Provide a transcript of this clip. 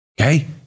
okay